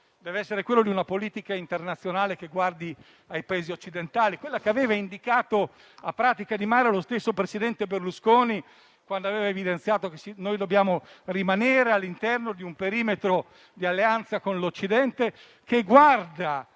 deve essere quello di una politica internazionale che guardi ai Paesi occidentali, come aveva indicato a Pratica di mare lo stesso presidente Berlusconi, quando aveva evidenziato che dobbiamo rimanere all'interno del perimetro dell'alleanza con l'occidente, che guardi